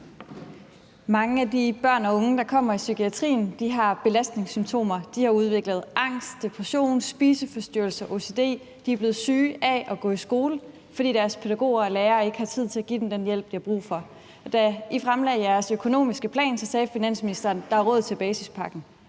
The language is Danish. Mange af de børn og unge, der kommer i psykiatrien, har belastningssymptomer. De har udviklet angst, depression, spiseforstyrrelse, ocd. De er blevet syge af at gå i skole, fordi deres pædagoger og lærere ikke har tid til at give dem den hjælp, de har brug for. Da I fremlagde jeres økonomiske plan, sagde finansministeren, at der er råd til basispakken,